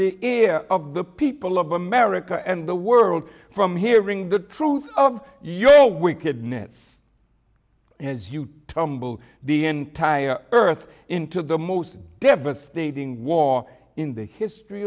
the ear of the people of america and the world from hearing the truth of your wickedness and as you tumble the entire earth into the most devastating war in the history